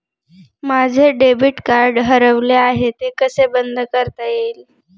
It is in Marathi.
माझे डेबिट कार्ड हरवले आहे ते कसे बंद करता येईल?